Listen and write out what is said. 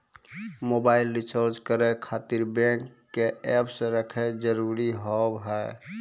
Mobile recharge करे खातिर bank के ऐप रखे जरूरी हाव है?